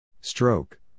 Stroke